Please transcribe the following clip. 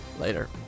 Later